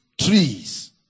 trees